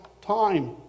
time